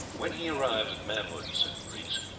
when he arrived at manhood, said the greeks,